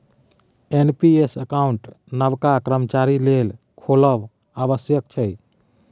NPS account नबका कर्मचारी लेल खोलब आबश्यक छै